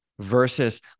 versus